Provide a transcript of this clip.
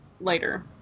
later